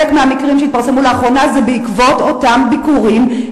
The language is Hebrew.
חלק מהמקרים שהתפרסמו לאחרונה זה בעקבות אותם ביקורים,